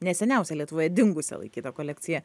ne seniausią lietuvoje dingusia laikytą kolekciją